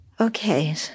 Okay